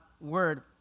word